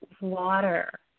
water